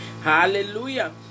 Hallelujah